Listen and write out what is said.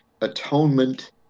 atonement